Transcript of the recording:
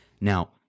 Now